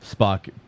Spock